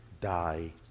die